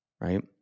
right